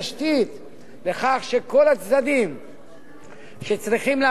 שצריכים להפעיל אותה אכן-אכן תומכים בה.